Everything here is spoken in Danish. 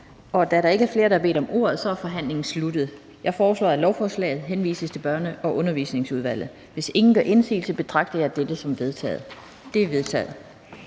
Da der ikke er flere, der har bedt om ordet, er forhandlingen sluttet. Jeg foreslår, at lovforslaget henvises til Børne- og Undervisningsudvalget. Hvis ingen gør indsigelse, betragter jeg dette som vedtaget. Det er vedtaget.